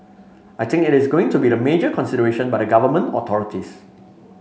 I think it is going to be the major consideration by the Government authorities